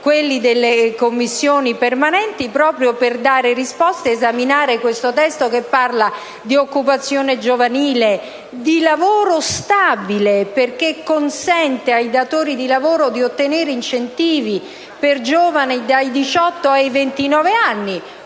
propri delle Commissioni permanenti, proprio per dare risposte ed esaminare questo testo che parla di occupazione giovanile e di lavoro stabile. Esso consente ai datori di lavoro di ottenere incentivi per giovani dai 18 ai 29 anni